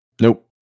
Nope